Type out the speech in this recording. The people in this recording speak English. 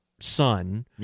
son